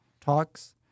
talks